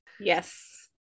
Yes